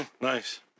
nice